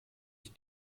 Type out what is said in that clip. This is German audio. ich